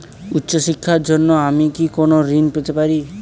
উচ্চশিক্ষার জন্য আমি কি কোনো ঋণ পেতে পারি?